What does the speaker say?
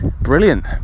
brilliant